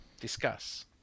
Discuss